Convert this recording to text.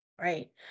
Right